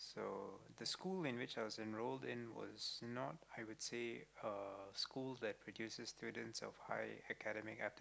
so the school in which I was enrolled in was not I would say a school that produces students of high academic aptitude